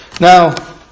Now